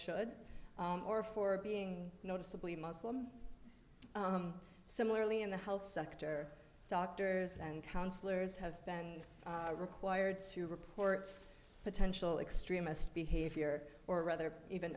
should or for being noticeably muslim similarly in the health sector doctors and counsellors have been required to report potential extremist behavior or rather even